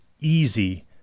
easy